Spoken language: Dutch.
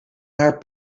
haar